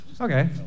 okay